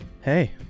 Hey